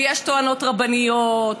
ויש טוענות רבניות,